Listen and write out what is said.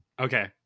Okay